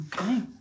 Okay